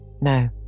No